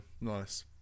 nice